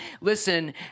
listen